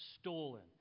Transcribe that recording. stolen